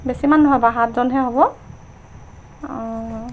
বেছি মানুহ নহ'ব সাতজনহে হ'ব অঁ